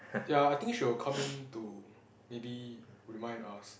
ya I think she'll come in to maybe remind us